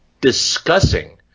discussing